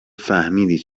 فهمیدی